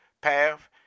path